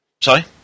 Sorry